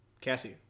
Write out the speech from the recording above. Cassie